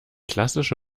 klassische